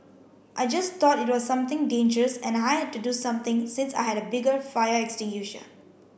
I just thought it was something dangerous and I had to do something since I had a bigger fire extinguisher